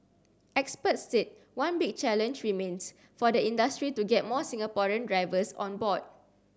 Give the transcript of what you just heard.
experts said one big challenge remains for the industry to get more Singaporean drivers on board